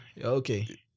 okay